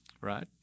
right